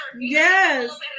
Yes